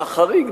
והחריג,